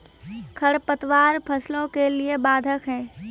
खडपतवार फसलों के लिए बाधक हैं?